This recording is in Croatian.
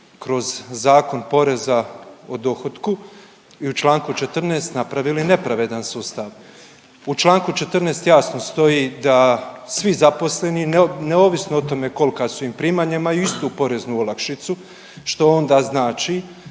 kroz zakon poreza o dohotku i u čl. 14. napravili nepravedan sustav. U čl. 14. jasno stoji da svi zaposleni, neovisno o tome kolika su im primanja, imaju istu poreznu olakšicu što onda znači